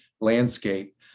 landscape